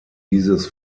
dieses